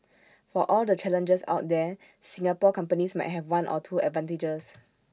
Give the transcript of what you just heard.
for all the challenges out there Singapore companies might have one or two advantages